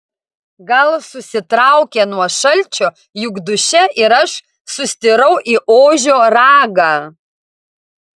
gal susitraukė nuo šalčio juk duše ir aš sustirau į ožio ragą